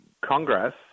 Congress